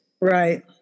Right